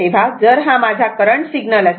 तेव्हा जर हा माझा करंट सिग्नल आहे